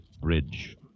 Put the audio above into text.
Bridge